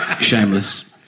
shameless